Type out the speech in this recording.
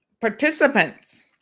participants